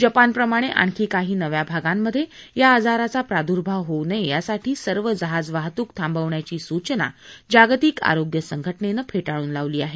जपानप्रमाणे आणखी काही नव्या भागांमधे या आजाराचा प्रादुर्भाव होऊ नये यासाठी सर्व जहाजवाहतूक थांबवण्याची सूचना जागतिक आरोग्य संघाचेनं फे ळून लावली आहे